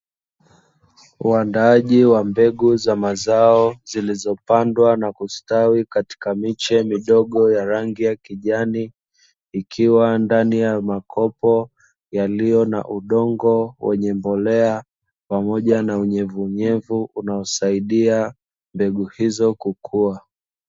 Waandaaji wa mbegu za mazao, zilizopandwa na kustawi katika miche midogo ya rangi ya kijani, ikiwa ndani ya makopo yaliyo na udongo wenye mbolea, pamoja na unyevu unyevu unaosaidia mbegu hizo kukua.